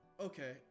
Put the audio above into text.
okay